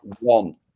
one